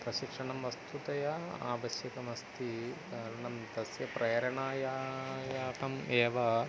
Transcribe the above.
प्रशिक्षणं वस्तुतः आवश्यकमस्ति कारणं तस्य प्रेरणया साकम् एव